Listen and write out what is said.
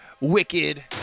wicked